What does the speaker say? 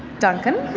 duncan.